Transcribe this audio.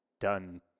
done